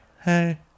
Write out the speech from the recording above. hey